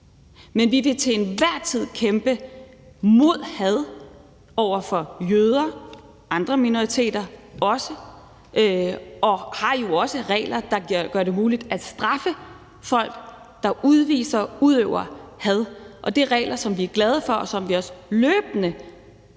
Men vi vil til enhver tid kæmpe mod had over for jøder og også andre minoriteter, og vi har jo også regler, der gør det muligt at straffe folk, der udviser og udøver had. Det er regler, som vi er glade for, og som vi også løbende kommer